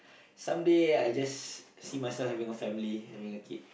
some day I just see myself having a family having a kid